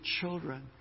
children